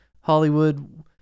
Hollywood